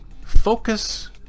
focus